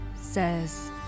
says